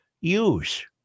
use